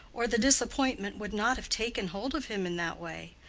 or the disappointment would not have taken hold of him in that way.